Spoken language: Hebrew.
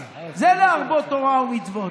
זה להרבות תורה ומצוות.